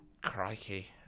Crikey